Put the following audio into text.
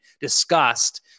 discussed